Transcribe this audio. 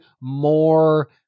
more